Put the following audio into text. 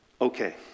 okay